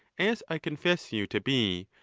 as i confess you to be,